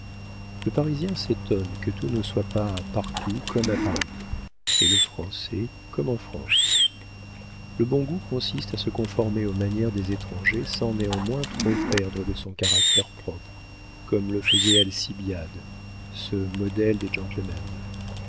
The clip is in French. le parisien s'étonne que tout ne soit pas partout comme à paris et le français comme en france le bon goût consiste à se conformer aux manières des étrangers sans néanmoins trop perdre de son caractère propre comme le faisait alcibiade ce modèle des